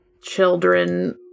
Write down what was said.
children